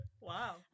Wow